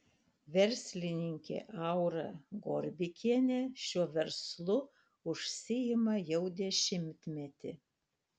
verslininkė aura gorbikienė šiuo verslu užsiima jau dešimtmetį